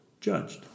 judged